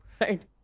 right